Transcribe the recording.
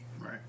Right